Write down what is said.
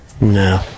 No